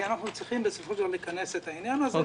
כי אנחנו צריכים בסופו של דבר לכנס את העניין הזה.